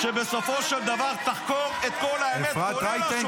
שבסופו של דבר תחקור את כל האמת, כולל השופטים.